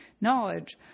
knowledge